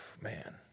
man